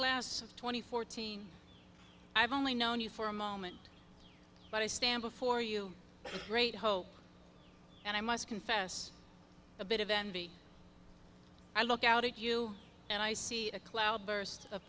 and fourteen i've only known you for a moment but i stand before you great hope and i must confess a bit of envy i look out at you and i see a cloudburst of